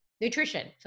nutrition